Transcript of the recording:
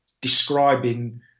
describing